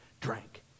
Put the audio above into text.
drank